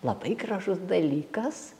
labai gražus dalykas